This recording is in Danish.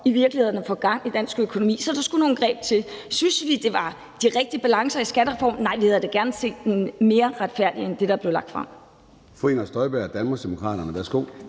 ansvar for at få gang i dansk økonomien. Så der skulle nogle greb til. Synes vi, at der var de rigtige balancer i skattereformen. Nej, vi havde da gerne set noget mere retfærdigt end det, der blev lagt frem.